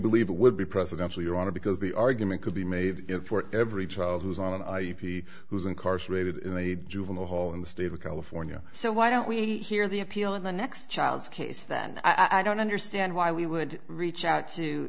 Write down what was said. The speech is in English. believe it would be presidential your honor because the argument could be made for every child who's on who's incarcerated in a juvenile hall in the state of california so why don't we hear the appeal of the next child's case then i don't understand why we would reach out to